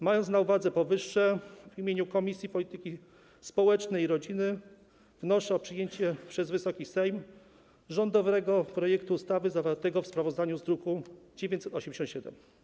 Mając na uwadze powyższe, w imieniu Komisji Polityki Społecznej i Rodziny wnoszę o przyjęcie przez Wysoki Sejm rządowego projektu ustawy zawartego w sprawozdaniu z druku nr 987.